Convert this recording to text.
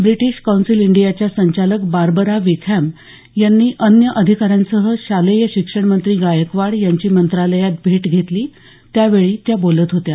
British council इंडियाच्या संचालक Barbara Wickham यांनी अन्य अधिकाऱ्यांसह शालेय शिक्षण मंत्री गायकवाड यांची मंत्रालयात भेट घेतली त्यावेळी त्या बोलत होत्या